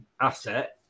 asset